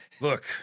look